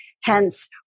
hence